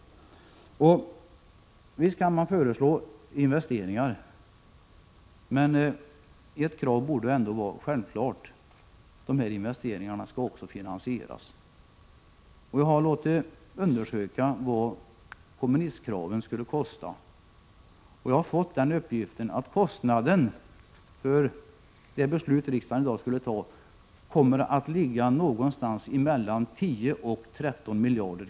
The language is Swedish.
Visst kan man föreslå investeringar, men ett krav borde självfallet vara att dessa investeringar också skall finansieras. Jag har låtit undersöka vad kommunistkraven skulle kosta. Jag har fått uppgiften att kostnaden för detta skulle bli 10-13 miljarder kronor. Frågan är om inte detta är ett nytt — Prot.